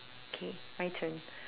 okay my turn